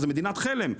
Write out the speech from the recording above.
זה מדינת כלם,